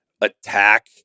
attack